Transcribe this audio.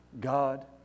God